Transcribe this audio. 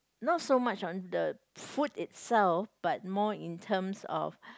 not so much on the food itself but more in terms of